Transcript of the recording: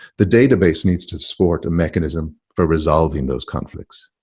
the database needs to support a mechanism for resolving those conflicts.